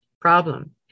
problem